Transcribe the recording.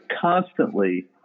constantly